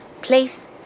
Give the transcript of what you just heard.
Place